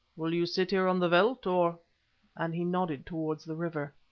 will you sit here on the veldt, or and he nodded towards the river.